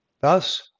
Thus